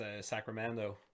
Sacramento